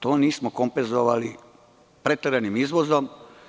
To nismo kompenzovali preteranim izvozom.